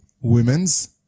women's